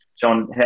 John